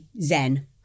zen